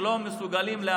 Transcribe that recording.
בין העובדים השונים במשק,